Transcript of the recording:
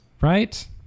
Right